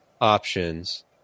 options